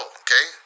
okay